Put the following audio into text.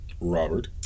Robert